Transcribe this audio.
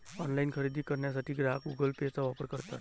online खरेदी करण्यासाठी ग्राहक गुगल पेचा वापर करतात